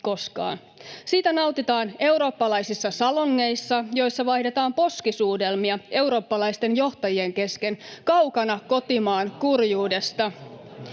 Siitä nautitaan eurooppalaisissa salongeissa, joissa vaihdetaan poskisuudelmia eurooppalaisten johtajien kesken kaukana kotimaan kurjuudesta.